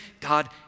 God